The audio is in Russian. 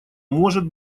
может